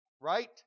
right